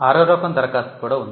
ఆరవ రకం దరఖాస్తు కూడా ఉంది